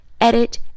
edit